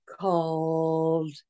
called